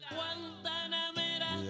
Guantanamera